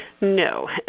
No